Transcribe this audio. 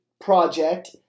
project